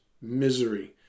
misery